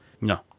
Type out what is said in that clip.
No